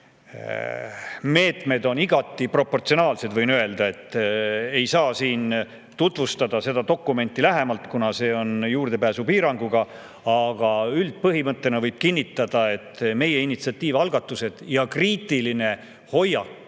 meetmed on igati proportsionaalsed, võin öelda. Ei saa siin tutvustada seda dokumenti lähemalt, kuna see on juurdepääsupiiranguga, aga üldpõhimõttena võib kinnitada, et meie initsiatiiv, algatused, kriitiline hoiak